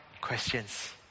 questions